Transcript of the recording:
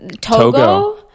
Togo